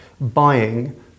buying